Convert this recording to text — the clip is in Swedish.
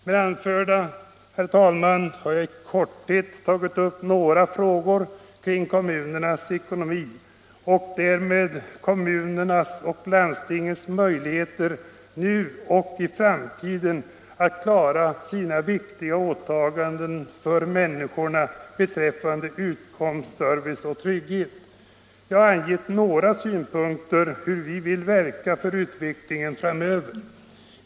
Med det anförda, herr talman, har jag i korthet berört några frågor som rör kommunernas ekonomi och därmed kommunernas och landstingens möjligheter nu och i framtiden att klara sina viktiga åtaganden när det gäller människornas utkomst, service och trygghet. Jag har på några punkter angett hur vi vill verka för utvecklingen framöver.